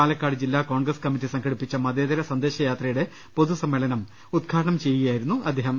പാലക്കാട് ജില്ലാ കോൺഗ്രസ് കമ്മറ്റി സംഘടിപ്പിച്ച മതേതര സന്ദേശ യാത്രയുടെ പൊതുസമ്മേളനം ഉദ്ഘാടനം ചെയ്യുകയായിരുന്നു അദ്ദേഹം